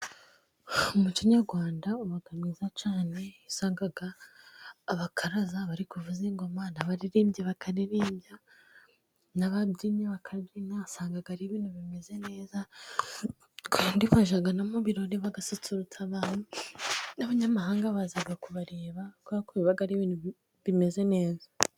Umuco nyarwanda uba mwiza cyane. Usanga abakaraza bari kuvuza ingoma, abaririmbyi bakaririmba, n'ababyinnyi bakabyina. Usanga ari ibintu bimeze neza kandi bajya no mu birori bagasusurutsa abantu, n'abanyamahanga baza kubareba kuko biba ari ibintu bimeze neza.